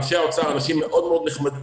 אנשי האוצר הם אנשים מאוד מאוד נחמדים,